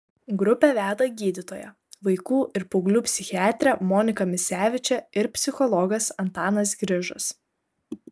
grupę veda gydytoja vaikų ir paauglių psichiatrė monika misevičė ir psichologas antanas grižas